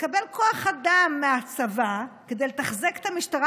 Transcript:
תקבל כוח אדם מהצבא כדי לתחזק את המשטרה,